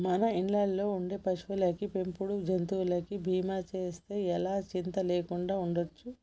మన ఇళ్ళల్లో ఉండే పశువులకి, పెంపుడు జంతువులకి బీమా చేస్తే ఎలా చింతా లేకుండా ఉండచ్చు